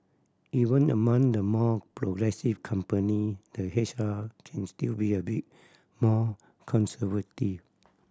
even among the more progressive company the H R can still be a bit more conservative